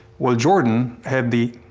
well jordan had the.